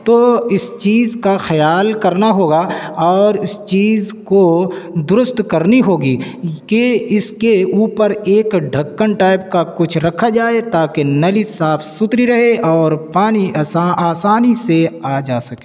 تو اس چیز کا خیال کرنا ہوگا اور اس چیز کو درست کرنی ہوگی کہ اس کے اوپر ایک ڈھکن ٹائپ کا کچھ رکھا جائے تاکہ نلی صاف ستھری رہے اور پانی آسانی سے آ جا سکے